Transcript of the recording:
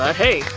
ah hey,